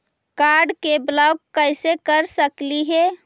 Card के block कैसे कर सकली हे?